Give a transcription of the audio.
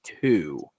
two